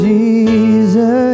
Jesus